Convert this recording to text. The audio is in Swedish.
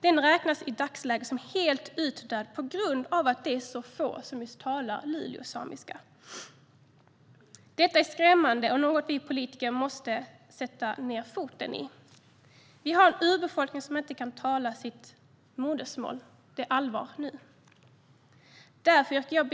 Den räknas i dagsläget som helt utdöd på grund av att det är så få som talar lulesamiska. Detta är skrämmande, och det är en fråga där vi politiker måste sätta ned foten. Vi har urbefolkning som inte kan tala sitt modersmål. Det är allvar nu. Därför yrkar jag